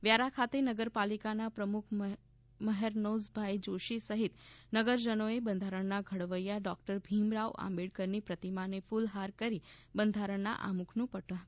વ્યારા ખાતે નગરપાલિકાના પ્રમુખ મહેરનોઝભાઈ જોષી સહિત નગરજનોએ બંધારણના ઘડવૈયા ડોકટર ભીમરાવ આંબેડકરની પ્રતિમાને કુલહાર કરી બંધારણના આમુખનું પઠન કર્યુ હતું